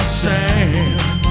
sand